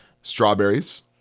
Strawberries